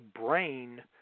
brain